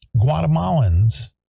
Guatemalans